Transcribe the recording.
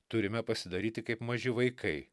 turime pasidaryti kaip maži vaikai